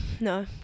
No